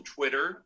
Twitter